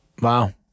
Wow